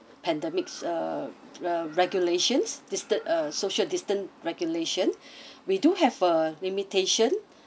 pandemics uh regulations listed a social distance regulation we do have a limitation